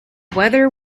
weather